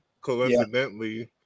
coincidentally